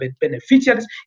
beneficiaries